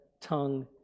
tongue